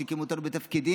משתיקים אותנו בתפקידים,